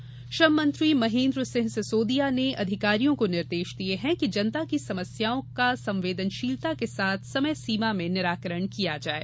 सिसोदिया निर्देश श्रम मंत्री महेन्द्र सिंह सिसोदिया ने अधिकारियों को निर्देश दिये हैं कि जनता की समस्याओं का संवेदनशीलता के साथ समय सीमा में निराकरण किया जाये